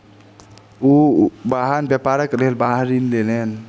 ओ वाहन व्यापारक लेल वाहन ऋण लेलैन